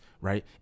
right